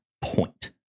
point